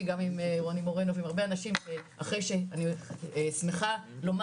גם עם רוני מורנו ועם הרבה אנשים אחרי שאני שמחה לומר